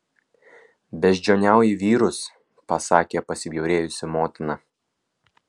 beždžioniauji vyrus pasakė pasibjaurėjusi motina